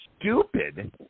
stupid